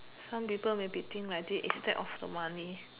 some people may be think like that instead of the money